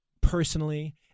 personally